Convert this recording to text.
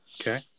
Okay